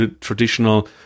traditional